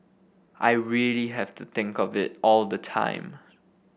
I really have to think of it all the time